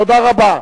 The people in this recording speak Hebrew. תודה רבה.